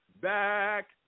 back